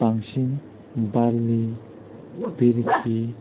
बांसिन बारलि बिरखि